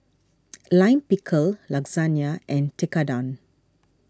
Lime Pickle Lasagna and Tekkadon